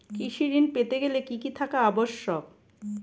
কৃষি ঋণ পেতে গেলে কি কি থাকা আবশ্যক?